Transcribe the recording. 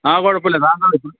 ആ കുഴപ്പമില്ല സാധനമോടുത്തു